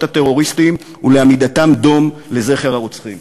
הטרוריסטים ולעמידתם דום לזכר הרוצחים.